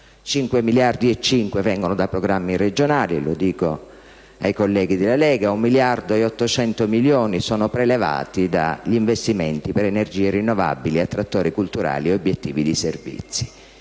5,5 miliardi vengono da programmi regionali (lo dico ai colleghi della Lega), un miliardo e 800 milioni sono prelevati dagli investimenti per energie rinnovabili, attrattori culturali e obiettivi di servizi.